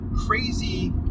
crazy